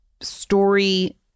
story